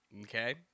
Okay